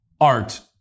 art